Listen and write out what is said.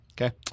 Okay